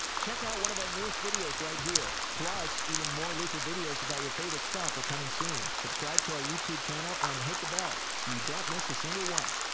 check out one of our newest videos right here! plus, even more looper videos about your favorite stuff are coming soon. subscribe to our youtube channel and hit the bell so you don't miss a single one.